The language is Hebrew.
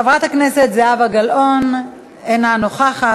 חברת הכנסת זהבה גלאון אינה נוכחת.